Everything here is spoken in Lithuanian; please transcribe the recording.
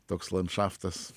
toks landšaftas